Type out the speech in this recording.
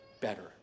better